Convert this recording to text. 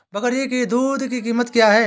बकरी की दूध की कीमत क्या है?